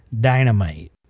Dynamite